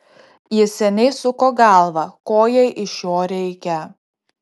jis seniai suko galvą ko jai iš jo reikia